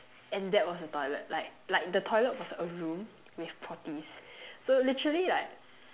and that was the toilet like like the toilet was a room with potties so literally like